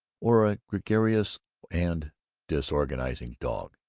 or a gregarious and disorganizing dog.